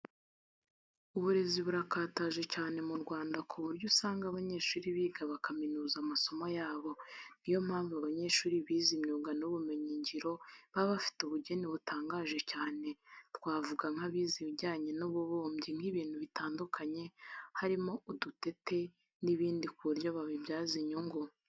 Uburezi burakataje cyane mu Rwanda ku buryo usanga abanyeshuri biga bakaminuza amasomo yabo, ni yo mpamvu abanyeshuri bize imyuga n'ubumenyingiro baba bafite ubugeni butangaje cyane twavuga nk'abize ibijyanye n'ububumbyi bw'ibintu bitandukanye, harimo udutete n'ibindi ku buryo babibyaza inyungu.